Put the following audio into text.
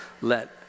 let